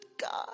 God